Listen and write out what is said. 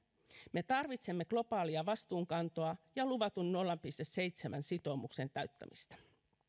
me tarvitsemme globaalia vastuunkantoa ja luvatun nolla pilkku seitsemän sitoumuksen täyttämistä